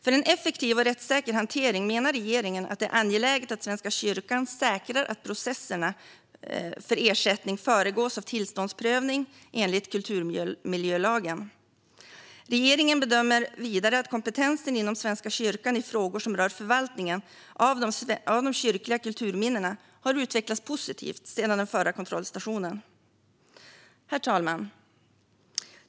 För en effektiv och rättssäker hantering menar regeringen att det är angeläget att Svenska kyrkan säkrar att processen för ersättning föregås av tillståndsprövning enligt kulturmiljölagen. Regeringen bedömer vidare att kompetensen inom Svenska kyrkan i frågor som rör förvaltningen av de kyrkliga kulturminnena har utvecklats positivt sedan den förra kontrollstationen. Herr talman!